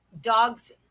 dogs